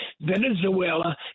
Venezuela